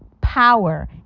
Power